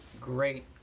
great